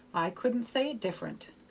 i couldn't say it different.